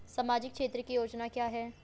सामाजिक क्षेत्र की योजना क्या है?